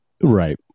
right